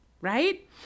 Right